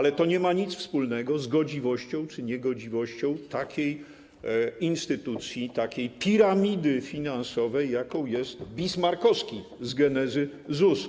Jednak to nie ma nic wspólnego z godziwością czy niegodziwością takiej instytucji, takiej piramidy finansowej, jaką jest bismarckowski z genezy ZUS.